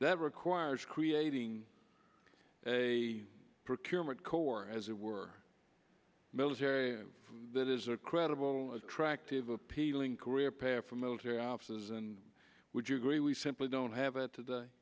that requires creating a procurement corps as it were military that is a credible attractive appealing career path for military officers and would you agree we simply don't have it today